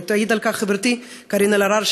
ותעיד חברתי קארין אלהרר,